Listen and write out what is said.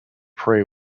prey